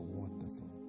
wonderful